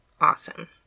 awesome